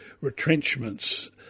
retrenchments